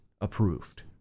approved